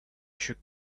should